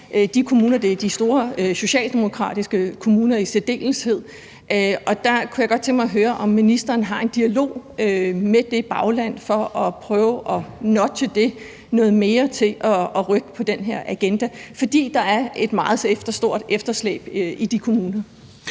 Det er de store socialdemokratiske kommuner i særdeleshed, og der kunne jeg godt tænke mig at høre, om ministeren har en dialog med det bagland for at prøve at nudge det noget mere til at rykke på den her agenda, fordi der er et meget stort efterslæb i de kommuner.